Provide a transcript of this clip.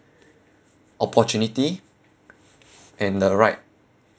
opportunity and the right